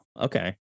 Okay